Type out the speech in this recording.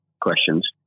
questions